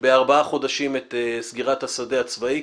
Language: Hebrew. בארבעה חודשים את סגירת השדה הצבאי.